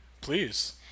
Please